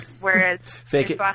Whereas